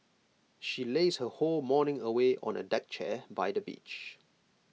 she lazed her whole morning away on A deck chair by the beach